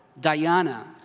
Diana